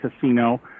casino